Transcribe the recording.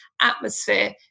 atmosphere